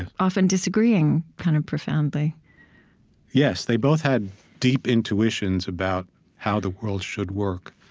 and often, disagreeing kind of profoundly yes. they both had deep intuitions about how the world should work,